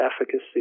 efficacy